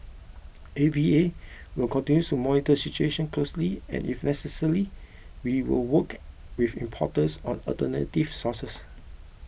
A V A will continue to monitor the situation closely and if necessary we will work with importers on alternative sources